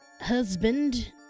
husband